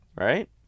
right